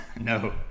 no